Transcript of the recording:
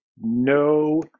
no